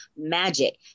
magic